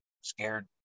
scared